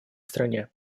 стране